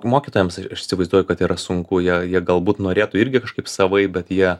mokytojams aš įsivaizduoju kad yra sunku jie jie galbūt norėtų irgi kažkaip savaip bet jie